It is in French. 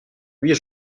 huit